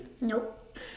Nope